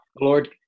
Lord